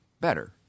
better